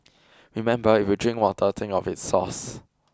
remember if you drink water think of its source